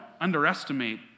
underestimate